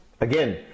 again